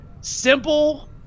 simple